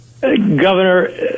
Governor